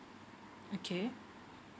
okay